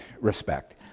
respect